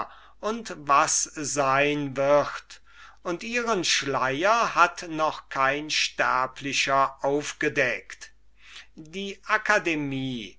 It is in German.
und was sein wird und ihren schleier hat noch kein sterblicher aufgedeckt die akademie